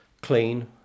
clean